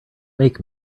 make